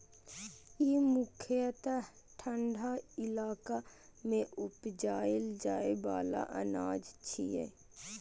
ई मुख्यतः ठंढा इलाका मे उपजाएल जाइ बला अनाज छियै